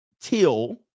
till